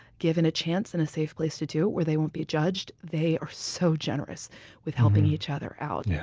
given a chance and a safe place to do it where they won't be judged, they are so generous with helping each other out yeah